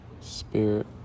Spirit